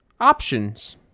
options